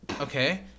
Okay